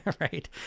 right